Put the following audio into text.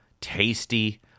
tasty